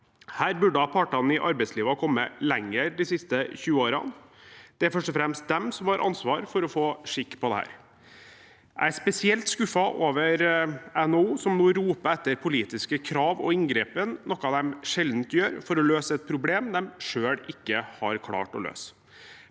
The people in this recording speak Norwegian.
Her burde partene i arbeidslivet ha kommet lenger de siste 20 årene. Det er først og fremst de som har ansvaret for å få skikk på dette. Jeg er spesielt skuffet over NHO, som nå roper etter politiske krav og inngripen, noe de sjelden gjør for å løse et problem de selv ikke har klart å løse.